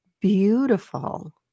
beautiful